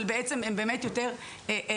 אבל בעצם הם יותר לקהל,